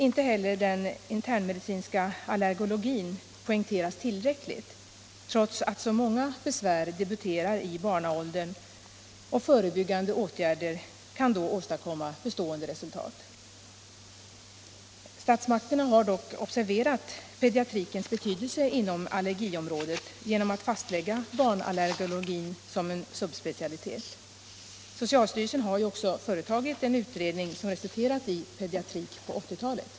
Inte heller den internmedicinska allergologin poängteras tillräckligt, trots att så många besvär debuterar i barnaåldern och att förebyggande åtgärder då kan åstadkomma bestående resultat. Statsmakterna har dock observerat pediatrikens betydelse inom allergiområdet genom att fastlägga barnallergologin som en subspecialitet. Socialstyrelsen har också företagit en utredning som resulterat i betänkandet ”Pediatrik på 80-talet”.